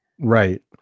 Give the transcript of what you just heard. right